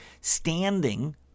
standing